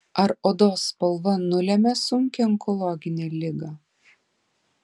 ar odos spalva nulemia sunkią onkologinę ligą